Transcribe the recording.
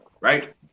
right